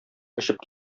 очып